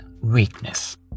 weakness